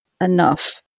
enough